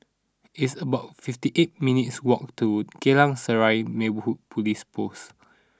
it's about fifty eight minutes' walk to Geylang Serai Neighbourhood Police Post